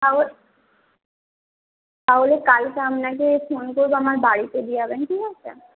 তাহলে তাহলে কালকে আপনাকে ফোন করবো আমার বাড়িতে দিয়ে যাবেন ঠিক আছে